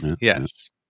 Yes